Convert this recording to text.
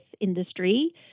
industry